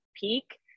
peak